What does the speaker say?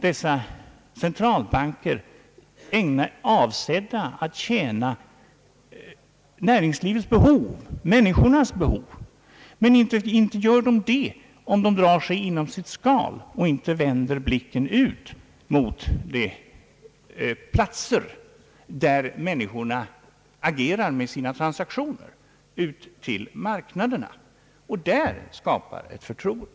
Dessa centralbanker är ju ändå avsedda att tjäna näringslivets behov och människornas behov, men det gör de inte om de drar sig inom sitt skal och inte vänder blicken mot de platser där människorna agerar med sina transaktioner, mot marknaderna, och där skapar ett förtroende.